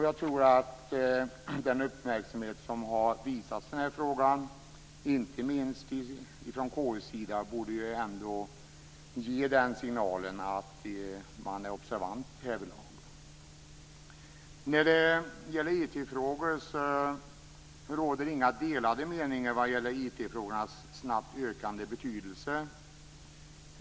Jag tror att den uppmärksamhet som har visats den här frågan inte minst från KU:s sida borde ge den signal att man är observant därvidlag. Det råder inga delade meningar om IT-frågornas snabbt ökande betydelse.